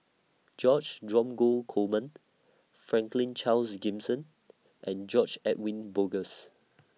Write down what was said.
George Dromgold Coleman Franklin Charles Gimson and George Edwin Bogaars